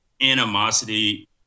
animosity